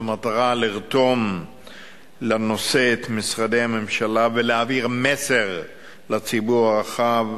במטרה לרתום לנושא את משרדי הממשלה ולהעביר מסר לציבור הרחב,